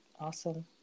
Awesome